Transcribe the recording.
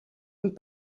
und